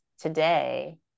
today